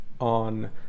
on